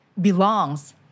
belongs